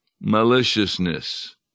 maliciousness